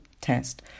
test